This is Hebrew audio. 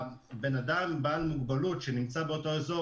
בן אדם עם מוגבלות שנמצא באותו אזור